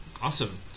Awesome